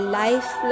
life